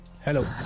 Hello